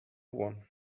one